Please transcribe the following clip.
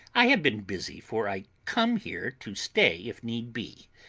i have been busy, for i come here to stay if need be.